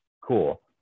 cool